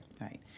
right